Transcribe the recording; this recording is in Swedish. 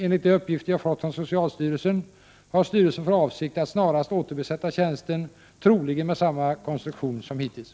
Enligt de uppgifter jag fått från socialstyrelsen har styrelsen för avsikt att snarast återbesätta tjänsten, troligen med samma konstruktion som hittills.